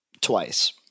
Twice